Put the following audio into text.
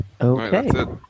Okay